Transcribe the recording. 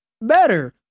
better